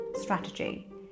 strategy